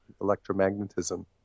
electromagnetism